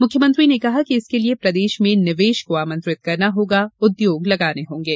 मुख्यमंत्री ने कहा कि इसके लिये प्रदेश में निवेश को आमंत्रित करना होगा उद्योग लगाने होंगे